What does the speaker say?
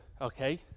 okay